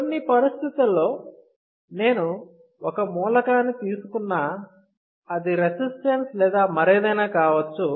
కొన్ని పరిస్థితులలో నేను ఒక మూలకాన్ని తీసుకున్నా అది రెసిస్టెన్స్ లేదా మరేదైనా కావచ్చు